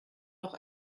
noch